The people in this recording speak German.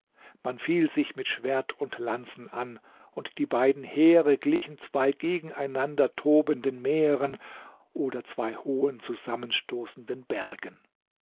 man fiel sich mit schwert und lanzen an und die beiden heere glichen zwei gegeneinander tobenden meeren oder zwei hohen zusammenstoßenden bergen